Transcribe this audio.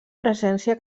presència